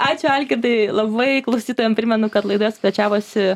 ačiū algirdai labai klausytojam primenu kad laidoje svečiavosi